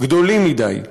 גדולים מדי.